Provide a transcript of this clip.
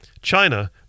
China